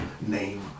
name